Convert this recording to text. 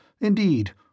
Indeed